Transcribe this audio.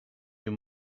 you